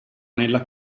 nella